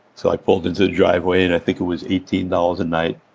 so i pulled into the driveway and i think it was eighteen dollars a night,